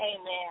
Amen